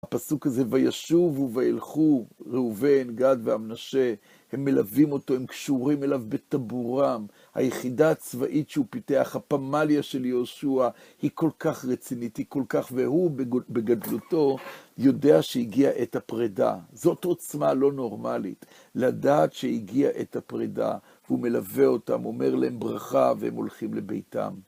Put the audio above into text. הפסוק הזה, וישוב ובהלכו ראובן, גד ואמנשה, הם מלווים אותו, הם קשורים אליו בטבורם. היחידה הצבאית שהוא פיתח, הפמליה של יהושע, היא כל כך רצינית, היא כל כך, והוא בגדלותו יודע שהגיע עת הפרידה. זאת עוצמה לא נורמלית, לדעת שהגיע עת הפרידה, הוא מלווה אותם, אומר להם ברכה, והם הולכים לביתם.